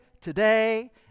today